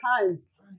times